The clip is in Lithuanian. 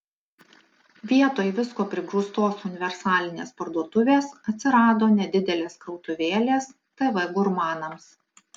vietoj visko prigrūstos universalinės parduotuvės atsirado nedidelės krautuvėlės tv gurmanams